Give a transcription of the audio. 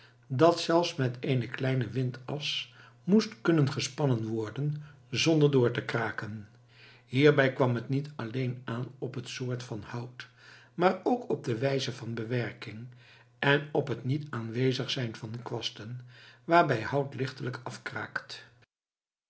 dat zelfs met eene kleine windas moest kunnen gespannen worden zonder door te kraken hierbij kwam het niet alleen aan op het soort van hout maar ook op de wijze van bewerking en op het niet aanwezig zijn van kwasten waarbij hout lichtelijk afkraakt